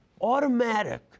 automatic